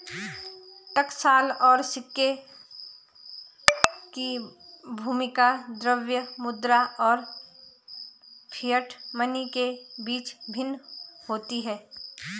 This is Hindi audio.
टकसाल और सिक्के की भूमिका द्रव्य मुद्रा और फिएट मनी के बीच भिन्न होती है